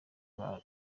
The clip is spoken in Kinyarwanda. rwa